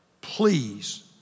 please